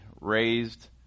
raised